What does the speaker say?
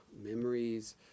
memories